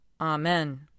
Amen